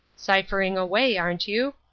ciphering away, aren't you?